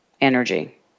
energy